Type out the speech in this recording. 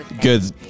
good